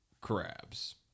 crabs